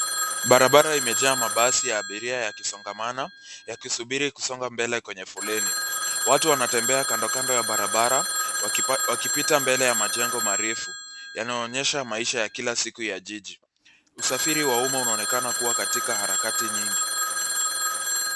Barabara imejaa mabasi ya abiria yakisongamana yakisubiri kusonga mbele kwenye foleni. Watu wanatembea kando kando ya barabara wakipita mbele ya majengo marefu, yanaonyesha maisha ya kila siku ya jiji. Usafiri wa umma unaonekana kuwa katika harakati nyingi.